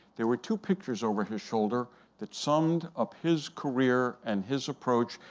there were two pictures over his shoulder that summed up his career and his approach,